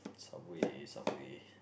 Subway Subway